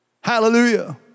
Hallelujah